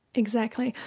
exactly.